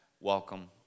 welcome